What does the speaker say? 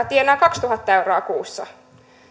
tienaa kaksituhatta euroa kuussa